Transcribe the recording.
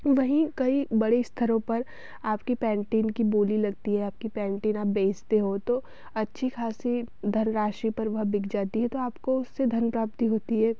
वहीं कहीं बड़े स्थलों पर आपकी पैंटिन की बोली लगती है आपकी पैंटिन आप बेचते हो तो अच्छी खासी धनराशि पर वह बिक जाती है तो आपको उससे धन प्राप्ति होती है